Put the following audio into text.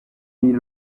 been